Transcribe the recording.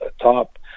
top